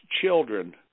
children